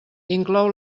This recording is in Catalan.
inclou